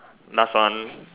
last one